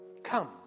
Come